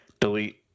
delete